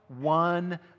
one